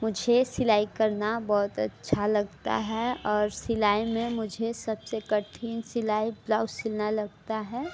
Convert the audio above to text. मुझे सिलाई करना बहुत अच्छा लगता है और सिलाई में मुझे सब से कठिन सिलाई ब्लाउज़ सिलना लगता हैं